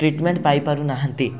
treatment ପାଇ ପାରୁନାହାନ୍ତି